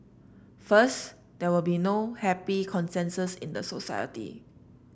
first there will be no happy consensus in the society